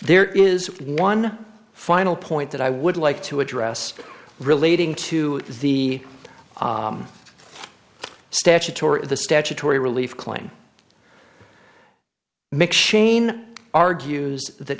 there is one final point that i would like to address relating to the statutory of the statutory relief claim mcshane argues that